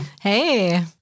Hey